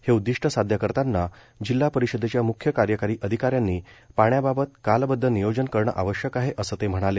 हे उददिष्ट साध्य करताना जिल्हा परिषदेच्या मुख्य कार्यकारी अधिकाऱ्यांनी पाण्याबाबत कालबध्द नियोजन करणं आवश्यक आहे असं ते म्हणाले